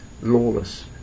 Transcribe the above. lawless